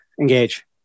Engage